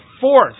fourth